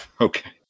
Okay